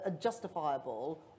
justifiable